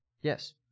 Yes